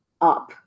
up